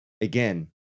again